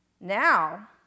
Now